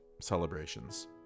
celebrations